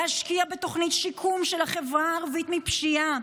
להשקיע בתוכנית שיקום של החברה הערבית מפשיעה,